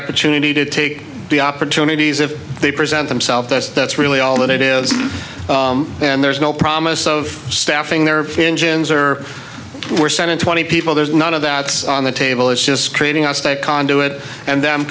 opportunity to take the opportunities if they present themselves that's that's really all it is and there's no promise of staffing their engines or we're sending twenty people there's none of that on the table it's just creating a conduit and them